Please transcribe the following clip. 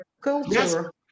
culture